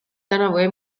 tänavu